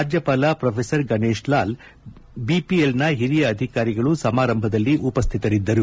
ರಾಜ್ಲಪಾಲ professor Ganeshlal ಬಿಪಿಎಲ್ನ ಹಿರಿಯ ಅಧಿಕಾರಿಗಳು ಸಮಾರಂಭದಲ್ಲಿ ಉಪಸ್ವಿತರಿದ್ದರು